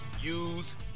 use